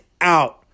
out